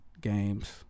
games